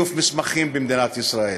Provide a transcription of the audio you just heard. בזיוף מסמכים במדינת ישראל?